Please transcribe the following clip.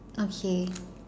okay